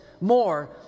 more